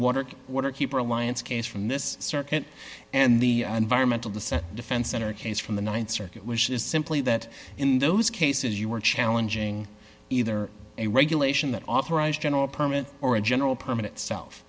water waterkeeper alliance case from this circuit and the environmental dissent defense in her case from the th circuit which is simply that in those cases you were challenging either a regulation that authorized general permanent or a general permanent self